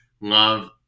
love